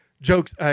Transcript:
Jokes